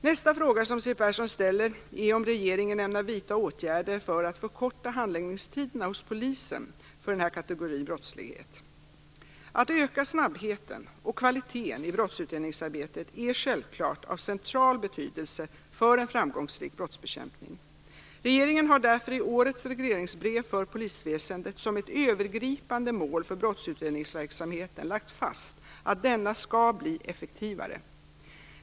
Nästa fråga som Siw Persson ställer är om regeringen ämnar vidta åtgärder för att förkorta handläggningstiderna hos polisen för den här kategorin brottslighet. Att öka snabbheten och kvaliteten i brottsutredningsarbetet är självklart av central betydelse för en framgångsrik brottsbekämpning. Regeringen har därför i årets regleringsbrev för polisväsendet som ett övergripande mål för brottsutredningsverksamheten lagt fast att denna skall bli effektivare.